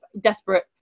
desperate